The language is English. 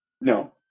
no